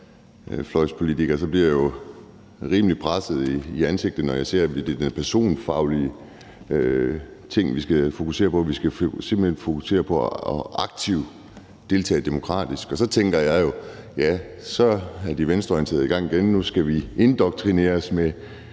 højrefløjspolitiker bliver jeg jo rimelig presset og lang i ansigtet, når jeg ser, at det er den personfaglige ting, vi skal fokusere på. Vi skal simpelt hen fokusere på aktiv demokratisk deltagelse. Så tænker jeg jo: Ja, så er de venstreorienterede i gang igen. Nu skal vi indoktrineres med